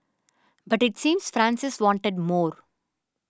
but it seems Francis wanted more